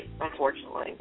unfortunately